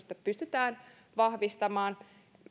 pystytään vahvistamaan